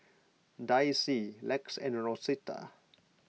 Daisye Lex and Rosita